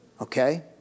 Okay